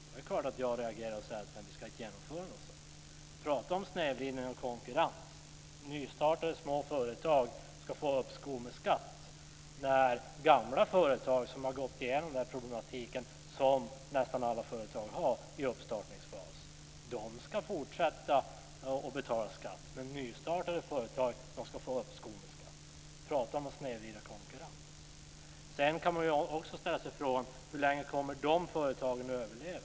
Då är det klart att jag reagerar och säger att vi inte ska genomföra något sådant. Här kan man prata om en snedvridning av konkurrensen. Nystartade små företag ska få uppskov med skatt samtidigt som gamla företag som har gått igenom det här problemet som nästan alla företag har i uppstartningsfasen ska fortsätta att betala skatt. Här kan man prata om en snedvriden konkurrens. Sedan kan man ju också ställa sig frågan hur länge dessa företag kommer att överleva.